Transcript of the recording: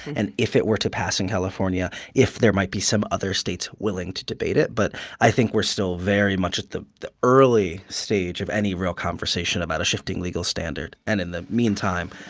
and if it were to pass in california if there might be some other states willing to debate it. but i think we're still very much at the the early stage of any real conversation about a shifting legal standard. and in the meantime,